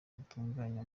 rutunganya